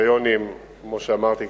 כמו שאמרתי,